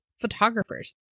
photographers